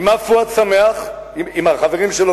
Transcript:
עם מה פואד שמח, עם החברים שלו